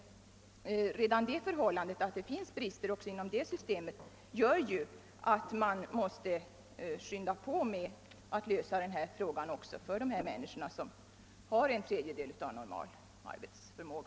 Redan det förhållandet att det finns brister också inom detta system gör dock att man måste skynda på med att lösa problemet även för dessa människor, som har en tredjedel av normal arbetsförmåga.